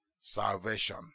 salvation